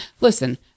listen